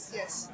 yes